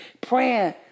praying